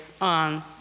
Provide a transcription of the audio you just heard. on